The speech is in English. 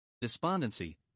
despondency